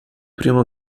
primo